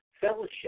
fellowship